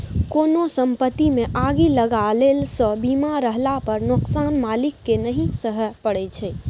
कोनो संपत्तिमे आगि लगलासँ बीमा रहला पर नोकसान मालिककेँ नहि सहय परय छै